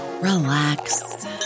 relax